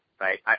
right